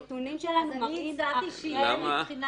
אני אחזור עוד פעם ואגיד שהנתונים שלנו מראים אחרת.